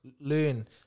Learn